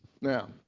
Now